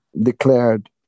declared